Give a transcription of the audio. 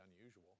unusual